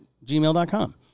Gmail.com